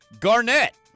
Garnett